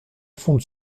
fonde